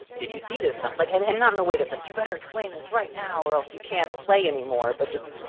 did you see this? so like, and and not in a way that's like you better explain this right now or else you can't play anymore. but just,